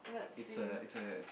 it's a it's a